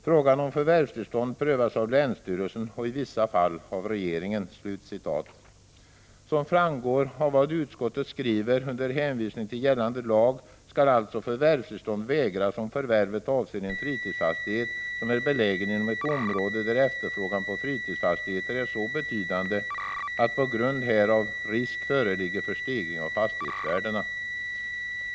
Frågor om förvärvstillstånd prövas av länsstyrelsen och i vissa fall av regeringen.” Som framgår av vad utskottet skriver under hänvisning till gällande lag skall alltså förvärvstillstånd vägras, om förvärvet avser en fritidsfastighet som är belägen inom ett område där efterfrågan på fritidsfastigheter är så betydande, att på grund härav risk föreligger för stegring av fastighetsvärdena.